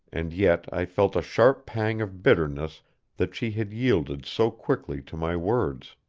and yet i felt a sharp pang of bitterness that she had yielded so quickly to my words.